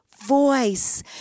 voice